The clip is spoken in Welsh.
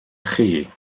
chi